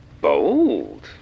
Bold